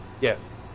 Yes